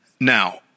Now